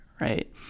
right